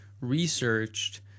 researched